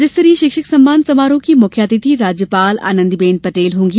राज्य स्तरीय शिक्षक सम्मान समारोह की मुख्य अतिथि राज्यपाल आनंदीबेन पटेल होंगी